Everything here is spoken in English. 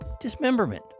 Dismemberment